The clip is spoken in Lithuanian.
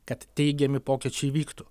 kad teigiami pokyčiai įvyktų